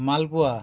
মালপোয়া